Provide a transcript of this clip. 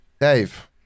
Dave